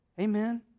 Amen